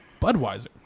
Budweiser